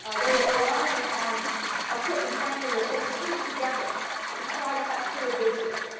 ah they were relying on equipment, frankly, that they taped together to try to have clear visual.